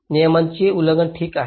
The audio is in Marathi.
नियमांचे उल्लंघन ठीक आहे